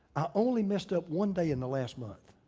i only messed up one day in the last month.